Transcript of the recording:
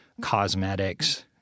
cosmetics